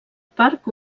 parc